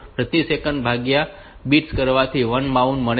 તો પ્રતિ સેકન્ડ ભાંગ્યા બિટ્સ કરવાથી 1 બાઉડ મળે છે